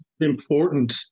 important